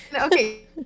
okay